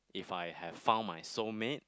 if I have found my soul mate